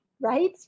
right